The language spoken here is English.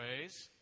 ways